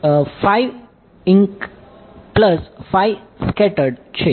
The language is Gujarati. તેથી આ ફક્ત સ્કેટર્ડ છે